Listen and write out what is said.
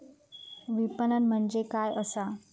विपणन म्हणजे काय असा?